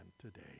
today